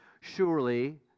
surely